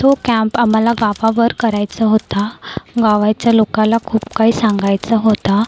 तो कॅम्प आम्हाला गावावर करायचं होता गावाच्या लोकाला खूप काही सांगायचा होता